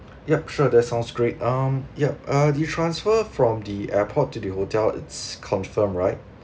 ya sure that sounds great um ya uh the transfer from the airport to the hotel it's confirm right